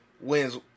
wins